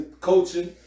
coaching